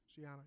Shiana